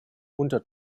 unter